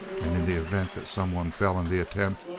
and in the event that someone fell in the attempt,